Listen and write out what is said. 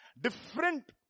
Different